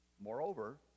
Moreover